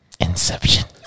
inception